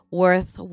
worth